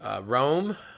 Rome